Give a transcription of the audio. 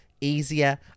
easier